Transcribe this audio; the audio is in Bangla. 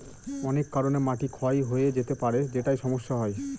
অনেক কারনে মাটি ক্ষয় হয়ে যেতে পারে যেটায় সমস্যা হয়